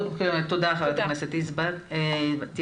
תודה, חברת הכנסת היבה יזבק.